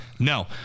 No